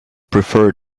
prefer